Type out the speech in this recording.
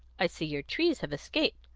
i see your trees have escaped.